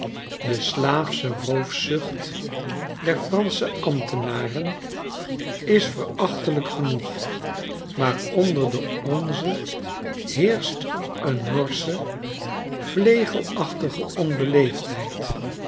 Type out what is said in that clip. de slaafsche roofzucht der franscho ambtenaren is verachtelijk genoeg maar onder de onzen heerscht een norsche vlegelachtige onbeleefdheid